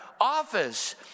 office